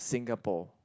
Singapore